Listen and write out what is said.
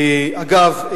אגב,